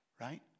right